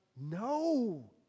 no